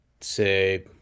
say